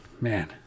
Man